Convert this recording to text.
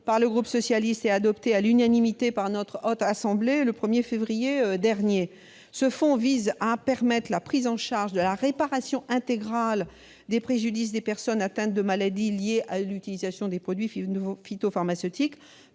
par le groupe socialiste et adoptée à l'unanimité par la Haute Assemblée le 1 février 2018. Ce fonds vise à permettre la prise en charge de la réparation intégrale des préjudices des personnes atteintes de maladies liées à l'utilisation des produits phytopharmaceutiques